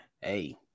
hey